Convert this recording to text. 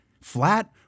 Flat